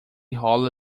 rola